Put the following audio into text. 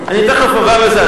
אני תיכף עובר לזה,